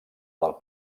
del